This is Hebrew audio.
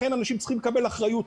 לכן אנשים צריכים לקבל אחריות.